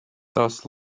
tās